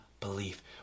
belief